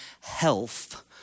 health